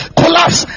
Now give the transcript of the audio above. collapse